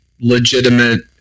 legitimate